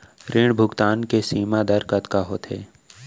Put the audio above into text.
ऋण भुगतान के सीमा दर कतका होथे?